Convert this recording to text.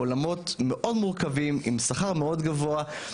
בעולמות מאוד מורכבים עם שכר מאוד גבוה.